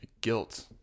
guilt